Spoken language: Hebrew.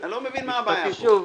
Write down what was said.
אני לא מבין מה הבעיה פה.